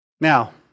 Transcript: Now